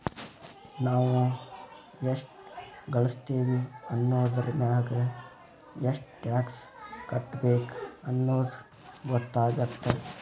ನಾವ್ ಎಷ್ಟ ಗಳಸ್ತೇವಿ ಅನ್ನೋದರಮ್ಯಾಗ ಎಷ್ಟ್ ಟ್ಯಾಕ್ಸ್ ಕಟ್ಟಬೇಕ್ ಅನ್ನೊದ್ ಗೊತ್ತಾಗತ್ತ